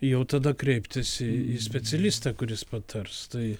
jau tada kreiptis į į specialistą kuris patars tai